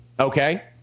Okay